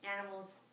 animals